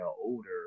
older